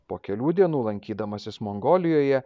po kelių dienų lankydamasis mongolijoje